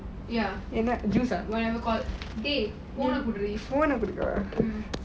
ya in a juice ah never call